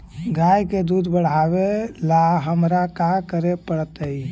गाय के दुध बढ़ावेला हमरा का करे पड़तई?